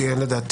תודה.